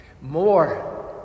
More